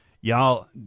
y'all